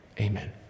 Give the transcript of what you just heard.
Amen